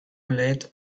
let